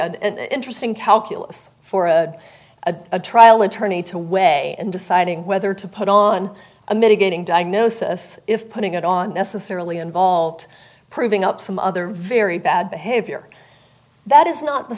interesting calculus for a a a trial attorney to weigh in deciding whether to put on a mitigating diagnosis if putting it on necessarily involved proving up some other very bad behavior that is not the